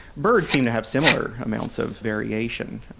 birds seem to have similar amounts of variation,